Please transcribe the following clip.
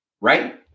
right